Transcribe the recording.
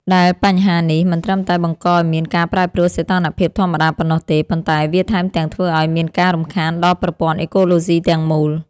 ដែលបញ្ហានេះមិនត្រឹមតែបង្កឱ្យមានការប្រែប្រួលសីតុណ្ហភាពធម្មតាប៉ុណ្ណោះទេ ប៉ុន្តែវាថែមទាំងធ្វើឱ្យមានការរំខានដល់ប្រព័ន្ធអេកូឡូស៊ីទាំងមូល។